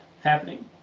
happening